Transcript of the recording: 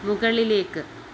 മുകളിലേക്ക്